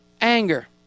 anger